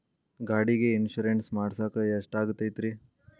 ಗಾಡಿಗೆ ಇನ್ಶೂರೆನ್ಸ್ ಮಾಡಸಾಕ ಎಷ್ಟಾಗತೈತ್ರಿ?